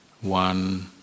one